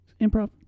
improv